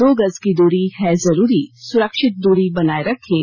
दो गज की दूरी है जरूरी सुरक्षित दूरी बनाए रखें